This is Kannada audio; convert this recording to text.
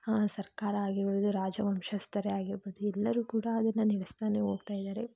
ಸರ್ಕಾರ ಆಗಿರ್ಬೋದು ರಾಜ ವಂಶಸ್ಥರೇ ಆಗಿರ್ಬೌದು ಎಲ್ಲರೂ ಕೂಡ ಅದನ್ನು ನಡೆಸ್ತಾನೆ ಹೋಗ್ತಾ ಇದ್ದಾರೆ